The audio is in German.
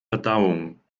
verdauung